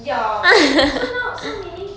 ya so now so meaning